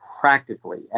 practically